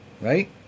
Right